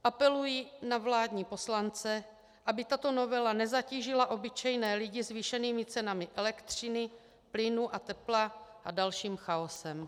Apeluji na vládní poslance, aby tato novela nezatížila obyčejné lidi zvýšenými cenami elektřiny, plynu a tepla a dalším chaosem.